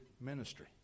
ministry